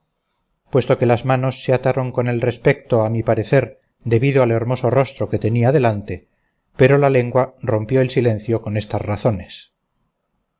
puesto que las manos se ataron con el respecto a mi parecer debido al hermoso rostro que tenía delante pero la lengua rompió el silencio con estas razones